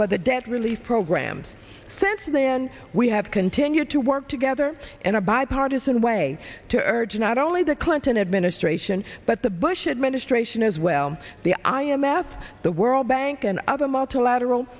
for the debt relief programs since then we have continued to work together in a bipartisan way to urge not only the clinton administration but the bush administration as well the i m f the world bank and other multilateral